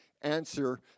answer